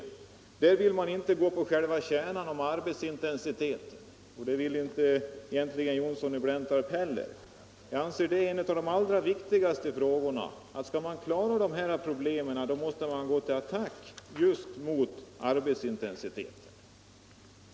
Men man vill inte ta upp själva kärnpunkten, dvs. arbetsintensiteten, och det vill egentligen inte herr Johnsson i Blentarp heller. Jag menar att skall man klara de här problemen, måste man gå till attack just mot arbetsintensiteten.